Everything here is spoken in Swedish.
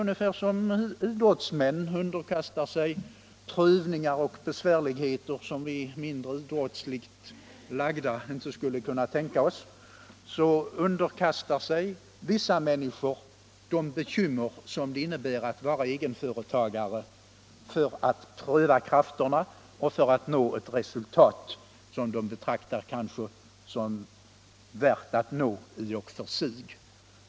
Ungefär som idrottsmän underkastar sig prövningar och besvärligheter som vi mindre idrottsligt lagda inte skulle kunna tänka oss underkastar sig vissa människor de bekymmer som det innebär att vara egenföretagare för att pröva krafterna och för att nå ett resultat som de betraktar som värt att nå.